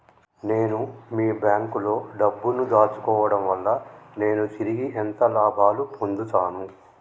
నేను మీ బ్యాంకులో డబ్బు ను దాచుకోవటం వల్ల నేను తిరిగి ఎంత లాభాలు పొందుతాను?